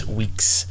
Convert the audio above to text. week's